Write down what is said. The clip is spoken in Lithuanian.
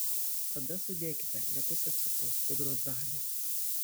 tada sudėkite likusią cukraus pudros dalį